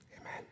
Amen